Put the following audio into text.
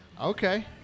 Okay